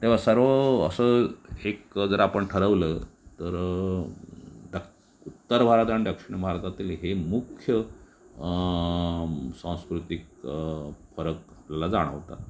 तेव्हा सर्व असं एक जर आपण ठरवलं तर दख् उत्तर भारत आणि दक्षिण भारतातील हे मुख्य सांस्कृतिक फरक आपल्याला जाणवतात